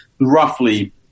roughly